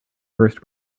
first